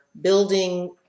building